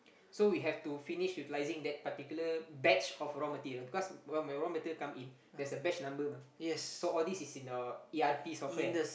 so we have to finish utilising that particular batch of raw material because when raw material come in there's a batch number mah so all these is in your e_r_p software